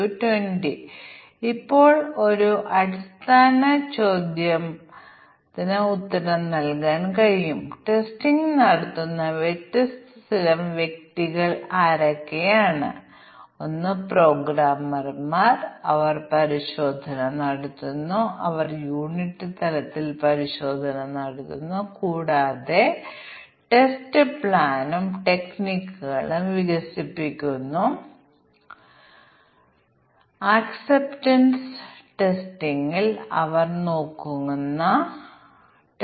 ഞങ്ങൾ ആദ്യം ചെയ്തത് ഇൻപുട്ട് പാരാമീറ്ററുകൾ ക്രമീകരിച്ചു ആദ്യം ക്രമീകരിച്ച പരമാവധി മൂല്യങ്ങളുടെ പരമാവധി എണ്ണം എടുക്കുന്ന ഒന്ന് അടുത്തത് പരാമീറ്ററുകളുള്ള ഒന്ന് തുടർന്ന് ഈ പാരാമീറ്ററുകളുടെ എണ്ണത്തിന് തുല്യമോ തുല്യമോ ഉള്ളത് അത് ഓർക്കുക ഇതൊരു ഹ്യൂറിസ്റ്റിക് മാത്രമാണ് ഞങ്ങൾ സ്വമേധയാ ടെസ്റ്റ് കേസുകൾ സൃഷ്ടിക്കാൻ ശ്രമിക്കുന്നു ടെസ്റ്റ് കേസുകളുടെ പരമാവധി എണ്ണം നൽകേണ്ടതില്ല കൂടാതെ ഞങ്ങൾ സ്വമേധയാ പരിശോധിക്കേണ്ടതുണ്ട്